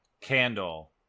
Candle